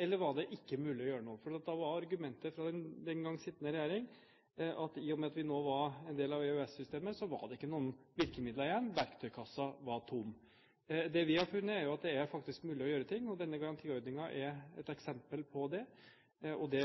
eller om det ikke var mulig å gjøre noe. Da var argumentet fra den den gang sittende regjering at i og med at vi nå var en del av EØS-systemet, var det ingen virkemidler igjen. Verktøykassa var tom. Det vi har funnet, er at det faktisk er mulig å gjøre noe. Denne garantiordningen er et eksempel på det. Det